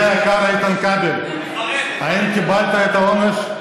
איתן כבל, האם קיבלת את העונש?